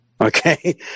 Okay